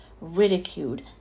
ridiculed